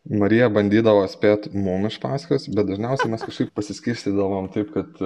marija bandydavo spėt mum iš paskos bet dažniausiai mes kažkaip pasiskirstydavom taip kad